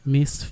Miss